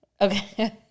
Okay